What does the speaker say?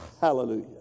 hallelujah